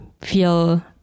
feel